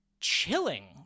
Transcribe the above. chilling